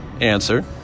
answer